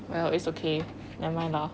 well it's okay nevermind lah